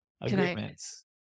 agreements